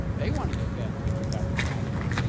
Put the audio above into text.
they want to get bad teachers out of the classroom.